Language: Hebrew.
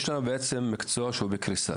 יש לנו בעצם מקצוע שהוא בקריסה,